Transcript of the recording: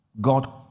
God